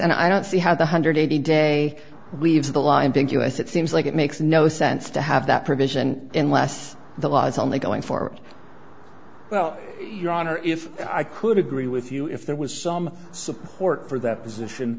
and i don't see how the hundred eighty day leaves the line thank us it seems like it makes no sense to have that provision and last the law is only going for well your honor if i could agree with you if there was some support for that position